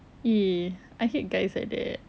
!ee! I hate guys like that